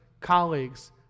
colleagues